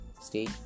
Stay